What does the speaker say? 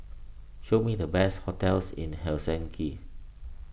show me the best hotels in Helsinki